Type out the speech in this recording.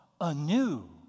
anew